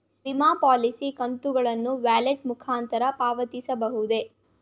ವಿಮಾ ಪಾಲಿಸಿ ಕಂತುಗಳನ್ನು ವ್ಯಾಲೆಟ್ ಮುಖಾಂತರ ಪಾವತಿಸಬಹುದೇ?